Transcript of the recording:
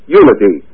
unity